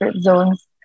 zones